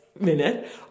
minute